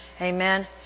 Amen